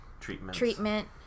treatment